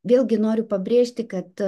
vėlgi noriu pabrėžti kad